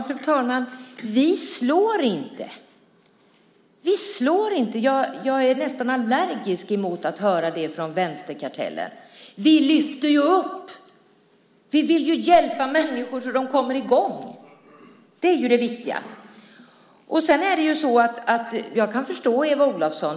Fru talman! Vi slår inte, jag är nästan allergisk mot att höra det från vänsterkartellen. Vi lyfter ju upp. Vi vill ju hjälpa människor så att de kommer i gång. Det är ju det viktiga. Jag kan förstå Eva Olofsson.